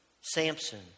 Samson